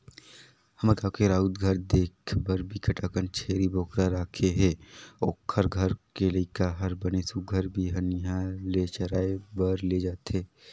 हमर गाँव के राउत घर देख बने बिकट अकन छेरी बोकरा राखे हे, ओखर घर के लइका हर बने सुग्घर बिहनिया ले चराए बर ले जथे